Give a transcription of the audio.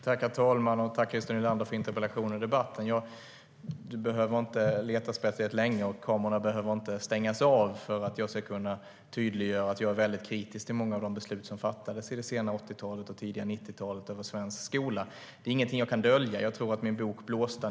Herr talman! Jag vill tacka Christer Nylander för interpellationen och debatten. Du behöver inte leta speciellt länge, Christer Nylander, och kamerorna behöver inte stängas av för att jag ska kunna tydliggöra att jag är kritisk till många av de beslut som fattades under det sena 80-talet och tidiga 90-talet när det gäller svensk skola. Det är ingenting som jag kan dölja. Jag tror att min bok Blåsta!